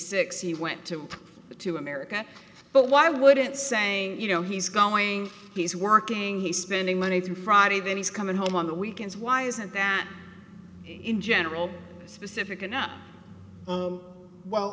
six he went to the to america but why would it saying you know he's going he's working he's spending money through friday then he's coming home on the weekends why isn't that in general specific enough